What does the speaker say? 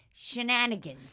Shenanigans